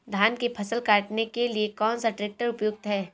धान की फसल काटने के लिए कौन सा ट्रैक्टर उपयुक्त है?